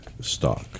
stock